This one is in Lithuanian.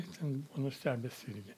ten buvau nustebęs irgi